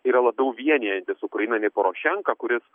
yra labiau vienijantis ukrainą nei porošenka kuris